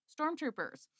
stormtroopers